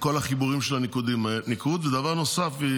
דבר נוסף,